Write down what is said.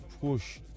push